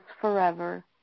forever